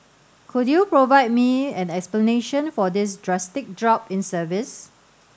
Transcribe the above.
could you provide me an explanation for this drastic drop in service